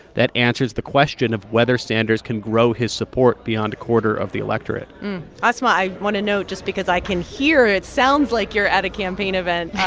that answers the question of whether sanders can grow his support beyond a quarter of the electorate asma, i want to note just because i can hear it sounds like you're at a campaign event.